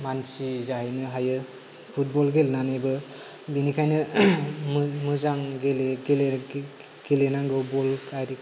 मानसि जाहैनो हायो फुटबल गेलेनानैबो बिनिखायनो मोजां गेलेनांगौ बल आरिखौ